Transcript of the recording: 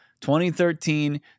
2013